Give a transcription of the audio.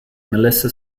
melissa